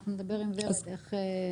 נדבר עם ורד ונראה איך לנסח הוראה שמאפשרת.